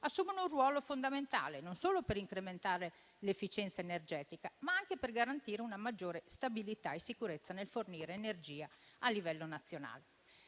assumono un ruolo fondamentale non solo per incrementare l'efficienza energetica, ma anche per garantire una maggiore stabilità e sicurezza nel fornire energia a livello nazionale.